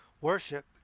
worship